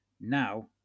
now